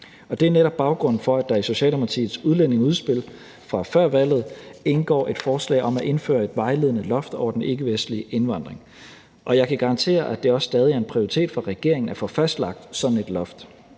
det er netop baggrunden for, at der i Socialdemokratiets udlændingeudspil fra før valget indgår et forslag om at indføre et vejledende loft over den ikkevestlige indvandring, og jeg kan garantere, at det også stadig er en prioritet for regeringen at få fastlagt sådan et loft.